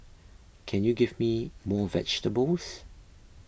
can you give me more vegetables